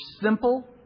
simple